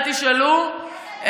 אל תשאלו,